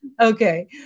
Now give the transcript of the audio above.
Okay